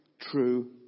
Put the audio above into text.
true